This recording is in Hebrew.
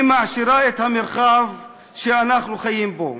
היא מעשירה את המרחב שאנחנו חיים בו.